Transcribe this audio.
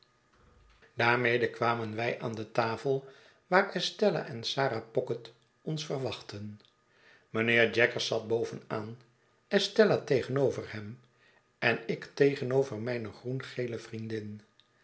daarmede kwamen wij aan de tafel waar estella en sarah pocket ons verwachtten mijnheer jaggers zat bovenaan estella tegenover hem en ik tegenover mijne groen gele vriendin